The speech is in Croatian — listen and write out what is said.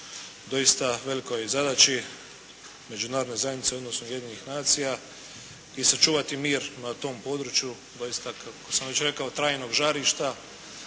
doista velikoj zadaći međunarodne zajednice odnosno Ujedinjenih nacija i sačuvati mir na tom području doista kako sam već rekao trajnog žarišta